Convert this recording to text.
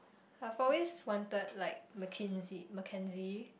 I've always wanted like Mackenzie Mackenzie